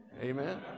amen